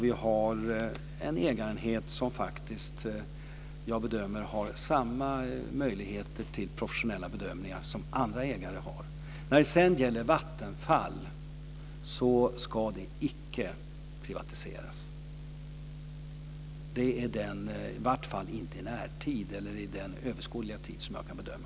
Vi har en ägarenhet som jag faktiskt bedömer har samma möjligheter till professionella bedömningar som andra ägare har. Vattenfall ska icke privatiseras, i vart fall inte under den överskådliga tid som jag kan bedöma.